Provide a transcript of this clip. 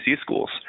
schools